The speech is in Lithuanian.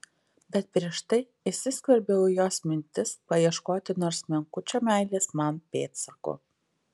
bet prieš tai įsiskverbiau į jos mintis paieškoti nors menkučio meilės man pėdsako